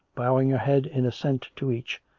bowing her head in assent to each,